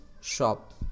shop